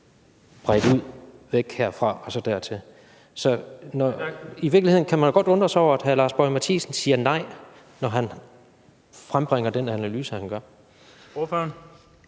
bredt ud, væk herfra og så dertil. I virkeligheden kan man godt undre sig over, at hr. Lars Boje Mathiesen siger nej, når han bringer den analyse frem,